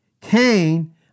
Cain